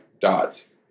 dots